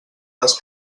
les